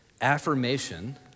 affirmation